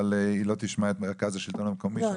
אבל היא לא תשמע את מרכז השלטון המקומי.